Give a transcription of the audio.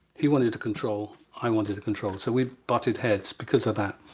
he wanted to control, i wanted to control, so we butted heads because of that.